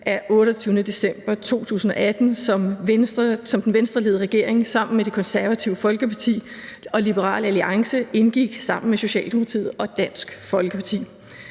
28. december 2018, som den Venstreledede regering sammen med Det Konservative Folkeparti og Liberal Alliance indgik sammen med Socialdemokratiet og Dansk Folkeparti.